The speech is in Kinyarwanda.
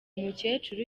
mukecuru